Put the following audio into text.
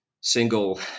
single